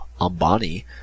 Ambani